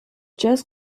just